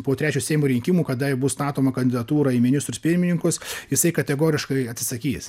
po trečio seimo rinkimų kada bus statoma kandidatūrą į ministrus pirmininkus jisai kategoriškai atsisakys